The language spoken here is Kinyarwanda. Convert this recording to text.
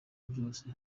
byose